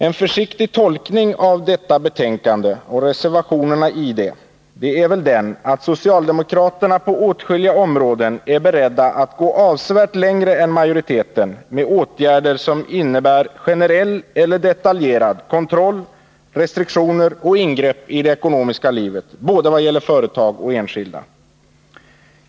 En försiktig tolkning av detta betänkande och reservationerna i det är väl den att socialdemokraterna på åtskilliga områden är beredda att gå avsevärt längre än majoriteten med åtgärder som innebär generell eller detaljerad kontroll, restriktioner och ingrepp i det ekonomiska livet i vad gäller både företag och enskilda.